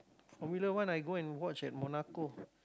Formula-One I go and watch at monaco